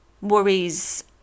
worries